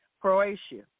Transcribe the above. Croatia